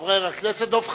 חבר הכנסת דב חנין.